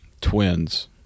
twins